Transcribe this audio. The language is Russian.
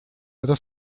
это